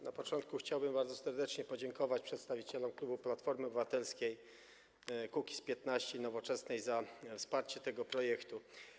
Na początku chciałbym bardzo serdecznie podziękować przedstawicielom klubów Platformy Obywatelskiej, Kukiz’15 i Nowoczesnej za poparcie tego projektu.